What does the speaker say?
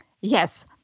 Yes